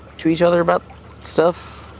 to each other about stuff.